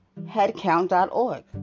headcount.org